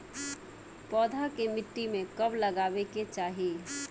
पौधा के मिट्टी में कब लगावे के चाहि?